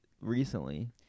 recently